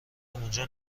اونجا